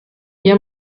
hier